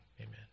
Amen